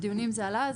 בדיונים זה עלה.